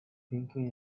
thinking